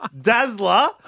Dazzler